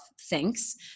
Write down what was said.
thinks